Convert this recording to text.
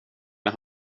med